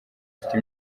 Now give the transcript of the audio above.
afite